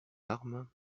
armes